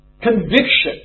Conviction